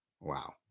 Wow